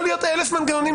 יכולים להיות אלף מנגנונים,